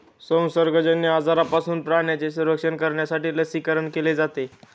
संसर्गजन्य आजारांपासून प्राण्यांचे संरक्षण करण्यासाठीही लसीकरण केले जाते